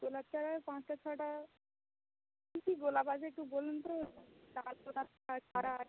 গোলাপ চারা পাঁচটা ছটা কী কী গোলাপ আছে একটু বলুন তো লাল গোলাপ ছাড়া আর